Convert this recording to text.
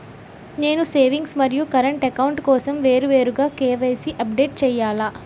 నేను సేవింగ్స్ మరియు current account కోసం వేరువేరుగా కే.వై.సీ అప్డేట్ చేయాలా?